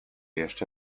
jeszcze